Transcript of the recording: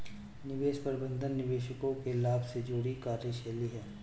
निवेश प्रबंधन निवेशकों के लाभ से जुड़ी कार्यशैली है